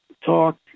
talk